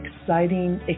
exciting